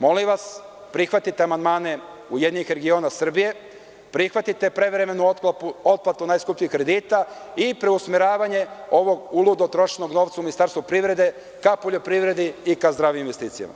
Molim vas, prihvatite amandmane URS, prihvatite prevremenu otplatu najskupljih kredita i preusmeravanje ovog uludo trošenog novca u Ministarstvu privrede ka poljoprivredi i ka zdravim investicijama.